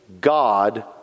God